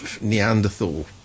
Neanderthal